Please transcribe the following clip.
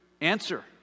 answer